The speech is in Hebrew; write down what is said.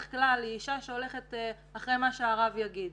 כלל היא אישה שהולכת אחרי מה שהרב יגיד.